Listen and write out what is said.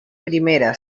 primera